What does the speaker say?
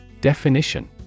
Definition